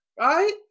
right